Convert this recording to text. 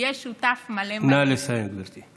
שיהיה שותף מלא מלא, נא לסיים, גברתי.